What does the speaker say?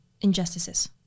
injustices